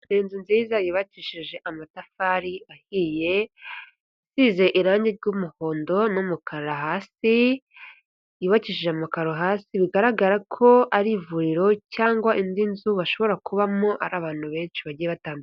Inzu nziza yubakishije amatafari ahiye, isize irangi ry'umuhondo n'umukara hasi, yubakishije amakaro hasi, bigaragara ko ari ivuriro cyangwa indi nzu bashobora kubamo ari abantu benshi bagiye batandu...